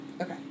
Okay